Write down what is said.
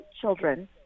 children